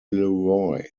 leroy